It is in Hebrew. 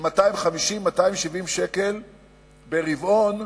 של 250 270 שקל ברבעון,